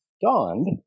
dawned